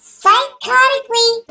psychotically